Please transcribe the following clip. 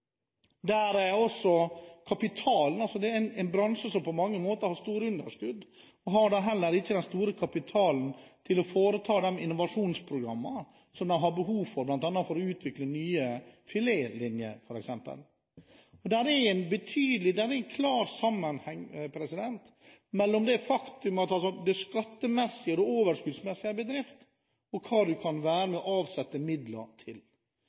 Det er en bransje som på mange måter har store underskudd. Den har heller ikke den store kapitalen til å gjennomføre de innovasjonsprogrammene som man har behov for, bl.a. for å utvikle nye filetlinjer. Det er en klar sammenheng mellom skatt og overskudd i en bedrift og hva man kan avsette midler til. For den bedriften som har denne skattemessige